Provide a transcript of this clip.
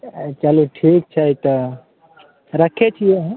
अँ चलू ठीक छै तऽ रखै छिए हम